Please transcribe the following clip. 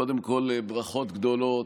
קודם כול ברכות גדולות.